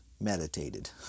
meditated